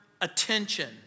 attention